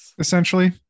essentially